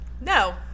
no